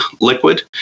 liquid